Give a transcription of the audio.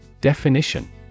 Definition